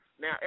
Now